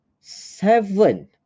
seven